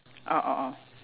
oh oh oh